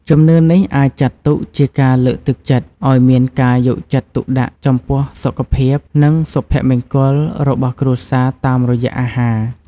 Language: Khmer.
ជំនឿនេះអាចចាត់ទុកជាការលើកទឹកចិត្តឱ្យមានការយកចិត្តទុកដាក់ចំពោះសុខភាព និងសុភមង្គលរបស់គ្រួសារតាមរយៈអាហារ។